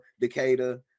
decatur